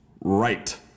right